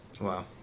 Wow